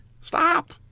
Stop